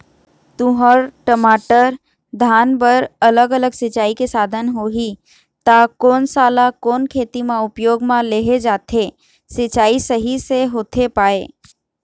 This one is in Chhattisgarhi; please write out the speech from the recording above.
तुंहर, टमाटर, धान बर अलग अलग सिचाई के साधन होही ता कोन सा ला कोन खेती मा उपयोग मा लेहे जाथे, सिचाई सही से होथे पाए?